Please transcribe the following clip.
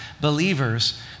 believers